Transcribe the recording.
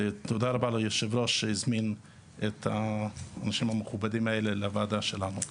ותודה רבה ליו"ר שהזמין את האנשים המכובדים האלה לוועדה שלנו.